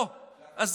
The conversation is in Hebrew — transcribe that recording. אתה